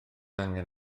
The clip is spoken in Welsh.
angen